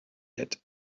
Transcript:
had